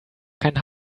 keinen